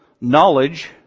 knowledge